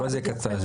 מה זה מקובל קצר?